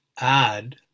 add